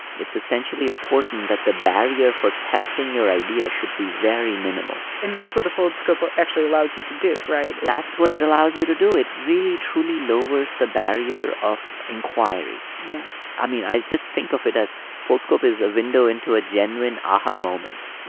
it's essentially important that the barrier for testing your idea should be very minimal and that's what the foldscope ah actually allows you to do, right? that's what it allows you to do. it really truly lowers the barrier of inquiry yeah i mean, i just think of it as foldscope is a window into a genuine aha moment.